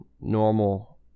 normal